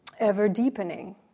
ever-deepening